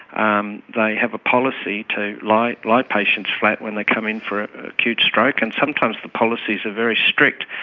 um they have a policy to lie lie patients flat when they come in for acute stroke, and sometimes the policies are very strict,